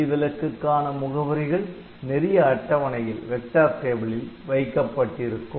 விதிவிலக்குக்கான முகவரிகள் நெறிய அட்டவணையில் வைக்கப்பட்டிருக்கும்